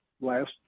last